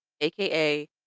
aka